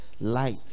light